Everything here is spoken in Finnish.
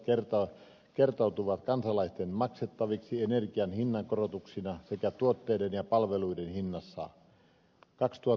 ympäristöverot kertautuvat kansalaisten maksettaviksi energian hinnankorotuksina sekä tuotteiden ja palveluiden hinnassa